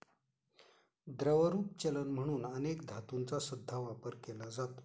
द्रवरूप चलन म्हणून अनेक धातूंचा सुद्धा वापर केला जातो